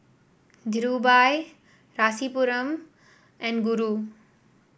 Dhirubhai Rasipuram and Guru